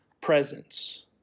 presence